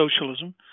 socialism